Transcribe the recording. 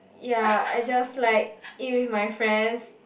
ya I just like eat with my friends